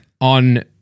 on